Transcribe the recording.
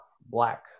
black